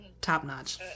top-notch